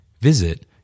Visit